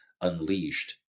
Unleashed